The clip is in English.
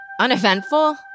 uneventful